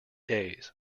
days